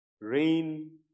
rain